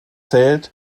zählt